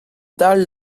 dal